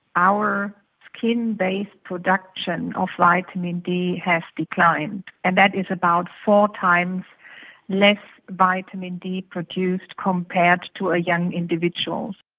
our skin based production of vitamin d has declined, and that is about four times less vitamin d produced compared to a young individual.